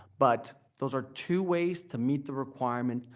but those are two ways to meet the requirement,